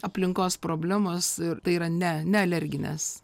aplinkos problemos ir tai yra ne nealerginės